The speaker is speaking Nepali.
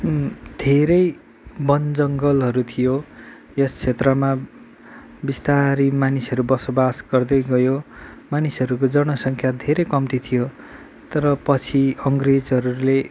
धेरै वन जङ्गलहरू थियो यस क्षेत्रमा विस्तारै मनिसहरू बसोबास गर्दै गयो मानिसहरूको जनसङ्ख्या धेरै कम्ति थियो तर पछि अङ्ग्रेजहरूले